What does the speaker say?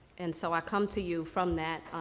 and so, i come to you from that.